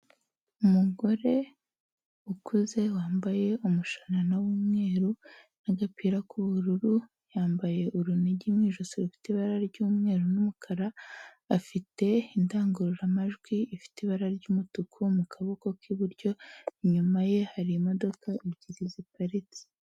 Umugore ukuze wambaye umushaana w'umweru n'agapira k'ubururu, yambaye urunigi mu ijosi rufite ibara ry'umweru n'umukara, afite indangururamajwi ifite ibara ry'umutuku mu kaboko k'iburyo, inyuma ye hari imodoka ebyiri ziparitse.